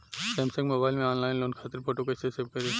Samsung mobile में online loan खातिर photo कैसे सेभ करीं?